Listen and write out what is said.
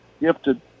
gifted